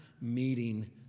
meeting